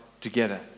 together